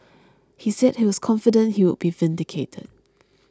he said he was confident he would be vindicated